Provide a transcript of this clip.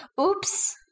Oops